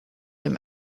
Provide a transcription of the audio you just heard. him